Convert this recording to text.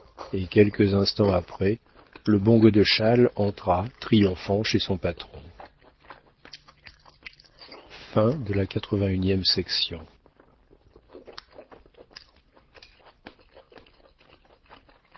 et quelques instants après le bon godeschal entra triomphant chez son patron